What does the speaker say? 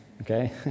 okay